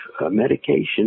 medication